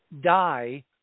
die